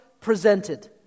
presented